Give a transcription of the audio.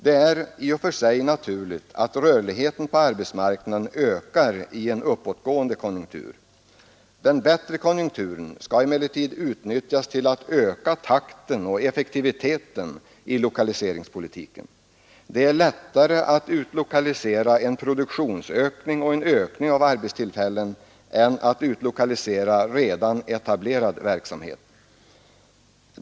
Det är i och för sig naturligt att rörligheten på arbetsmarknaden ökar i en uppåtgående konjunktur. Den bättre konjunkturen skall emellertid utnyttjas till att öka takten och effektiviteten i lokaliseringpolitiken. Det är lättare att utlokalisera en produktionsökning och en ökning av antalet arbetstillfällen än att utlokalisera redan etablerad verksamhet.